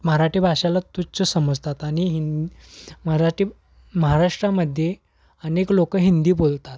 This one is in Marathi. मराठी भाषेला तुच्छ समजतात आणि हिं मराठी महाराष्ट्रामध्ये अनेक लोक हिंदी बोलतात